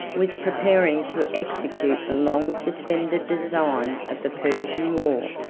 was preparing to execute the long-suspended design of the persian war.